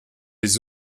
les